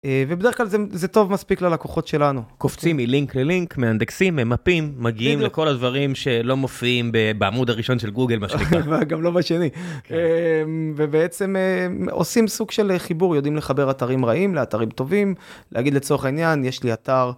ובדרך כלל זה טוב מספיק ללקוחות שלנו. קופצים מלינק ללינק, מאנדקסים, ממפים, מגיעים לכל הדברים שלא מופיעים בעמוד הראשון של גוגל, מה שנקרא, וגם לא בשני. ובעצם עושים סוג של חיבור, יודעים לחבר אתרים רעים לאתרים טובים, להגיד לצורך העניין, יש לי אתר.